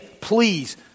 Please